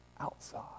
outside